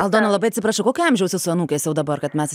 aldona labai atsiprašau kokio amžiaus jūsų anūkės jau dabar kad mes